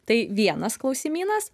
tai vienas klausimynas